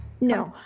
No